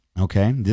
Okay